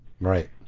Right